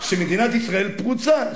שמדינת ישראל פרוצה,